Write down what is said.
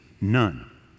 None